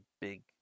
big